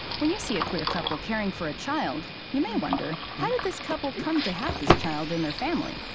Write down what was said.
when you see a queer couple caring for a child, you may wonder how did this couple come to have this child in their family?